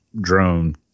drone